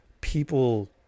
people